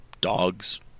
dogs